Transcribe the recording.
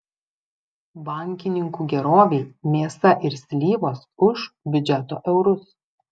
bankininkų gerovei mėsa ir slyvos už biudžeto eurus